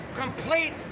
Complete